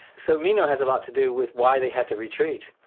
so meno has a lot to do with why they had to retreat,